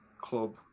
club